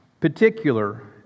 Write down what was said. Particular